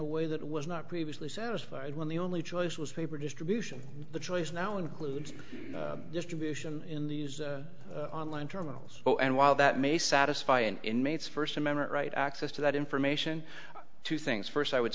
a way that was not previously satisfied when the only choice was paper distribution the choice now includes distribution in these online terminals so and while that may satisfy an inmate's first amendment right access to that information two things first i would